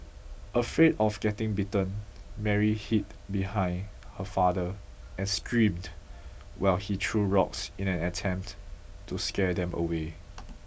afraid of getting bitten Mary hid behind her father and screamed while he threw rocks in an attempt to scare them away